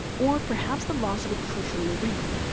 or perhaps the loss of a crucial ingredient.